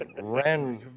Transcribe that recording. ran